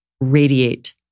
radiate